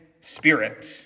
spirit